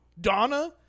Donna